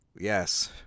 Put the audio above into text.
Yes